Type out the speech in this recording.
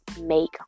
make